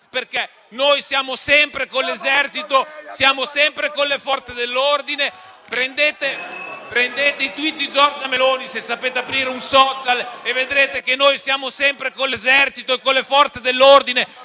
perché noi siamo sempre con l'Esercito e con le Forze dell'ordine. *(Commenti).* Prendete un *tweet* di Giorgia Meloni, se sapete aprire un *social*, e vedrete che noi siamo sempre con l'Esercito e con le Forze dell'ordine,